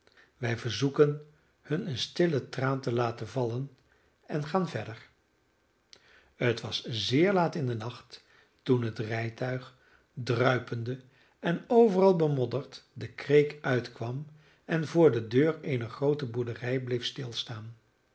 wij verzoeken hun een stillen traan te laten vallen en gaan verder het was zeer laat in den nacht toen het rijtuig druipende en overal bemodderd de kreek uitkwam en voor de deur eener groote boerderij bleef stilstaan